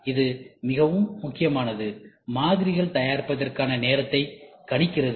எனவே இது மிகவும் முக்கியமானது மாதிரிகள் தயாரிப்பதற்கான நேரத்தை கணிக்கிறது